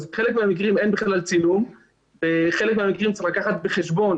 אז בחלק מהמקרים אין בכלל צילום ובחלק מהמקרים צריך לקחת בחשבון